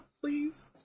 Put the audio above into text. please